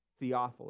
Theophilus